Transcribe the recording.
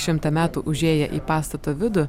šimtą metų užėję į pastato vidų